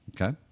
Okay